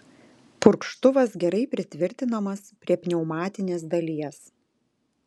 purkštuvas gerai pritvirtinamas prie pneumatinės dalies